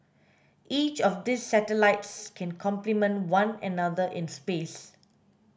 each of these satellites can complement one another in space